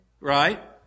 right